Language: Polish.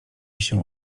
się